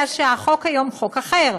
אלא שהחוק היום, החוק אוסר